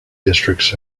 districts